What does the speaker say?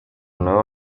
nabo